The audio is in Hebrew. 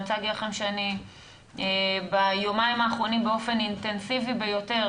אבל אני רוצה להגיד לכם שביומיים האחרונים אני באופן אינטנסיבי ביותר,